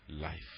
life